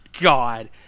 God